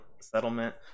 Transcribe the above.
settlement